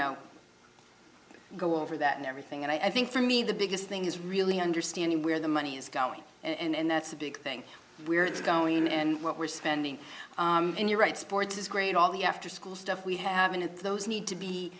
know go over that and everything and i think for me the biggest thing is really understanding where the money is going and that's a big thing where it's going and what we're spending and you're right sports is great all the afterschool stuff we have in those need to be